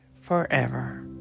forever